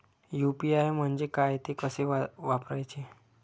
UPI म्हणजे काय, ते कसे वापरायचे?